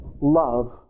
Love